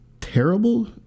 terrible